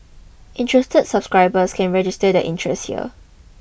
interested subscribers can register their interest here